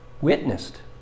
witnessed